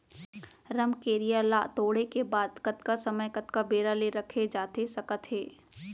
रमकेरिया ला तोड़े के बाद कतका समय कतका बेरा ले रखे जाथे सकत हे?